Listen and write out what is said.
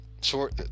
short